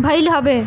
भईल हवे